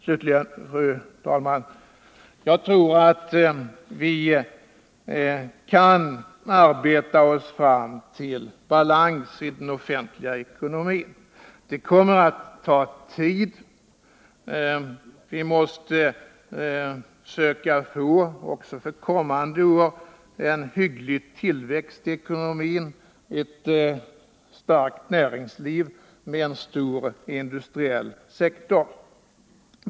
Slutligen: Jag tror, fru talman, att vi kan arbeta oss fram till balans i den offentliga ekonomin, men det kommer att ta tid. Vi måste söka att också för kommande år få en hygglig tillväxt i ekonomin och ett starkt näringsliv med en stor industriell sektor.